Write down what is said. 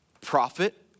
profit